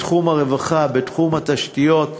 בתחום הרווחה ובתחום התשתיות.